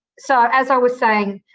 so, as i was saying,